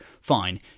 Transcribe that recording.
fine